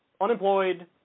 unemployed